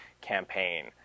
Campaign